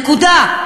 נקודה.